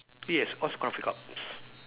yes all